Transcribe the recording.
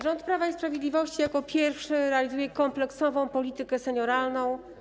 Rząd Prawa i Sprawiedliwości jako pierwszy realizuje kompleksową politykę senioralną.